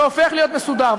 זה הופך להיות מסודר.